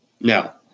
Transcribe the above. Now